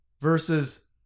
versus